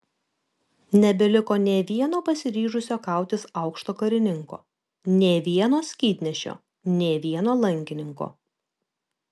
nebeliko nė vieno pasiryžusio kautis aukšto karininko nė vieno skydnešio nė vieno lankininko